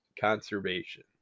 conservation